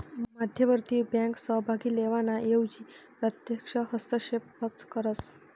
मध्यवर्ती बँक सहभाग लेवाना एवजी प्रत्यक्ष हस्तक्षेपच करस